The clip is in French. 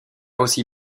aussi